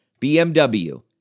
BMW